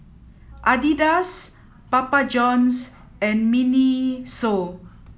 Adidas Papa Johns and Miniso